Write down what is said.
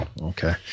Okay